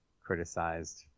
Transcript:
criticized